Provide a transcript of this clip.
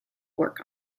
work